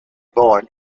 born